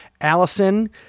Allison